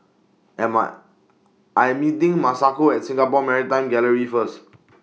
Am I I'm meeting Masako At Singapore Maritime Gallery First